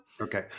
Okay